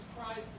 Christ